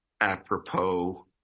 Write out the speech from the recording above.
apropos